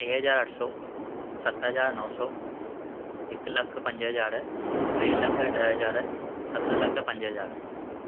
टे हज़ार अठ सौ सत हज़ार नव सौ हिकु लखु पंज हज़ार टे लख ॾह हज़ार सत लख पंज हज़ार